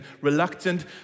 reluctant